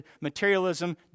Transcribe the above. Materialism